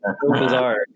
bizarre